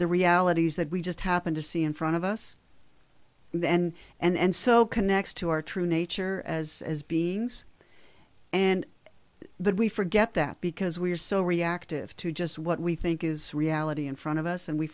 the realities that we just happen to see in front of us and and so connects to our true nature as beings and that we forget that because we are so reactive to just what we think is reality in front of us and we